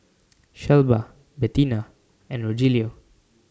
Shelba Bettina and Rogelio